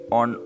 on